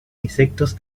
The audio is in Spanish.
insectos